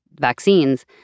vaccines